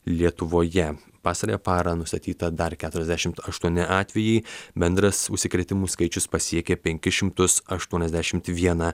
lietuvoje pastarąją parą nustatyta dar keturiasdešimt aštuoni atvejai bendras užsikrėtimų skaičius pasiekė penkis šimtus aštuoniasdešimt vieną